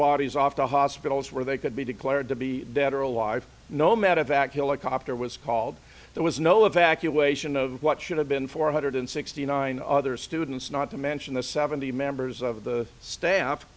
bodies off to hospitals where they could be declared to be dead or alive no matter of fact helicopter was called there was no evacuation of what should have been four hundred sixty nine other students not to mention the seventy members of the staff